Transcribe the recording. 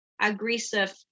aggressive